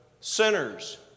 sinners